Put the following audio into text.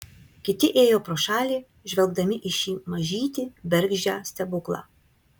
kiti ėjo pro šalį žvelgdami į šį mažytį bergždžią stebuklą